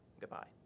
Goodbye